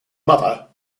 mother